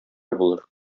булыр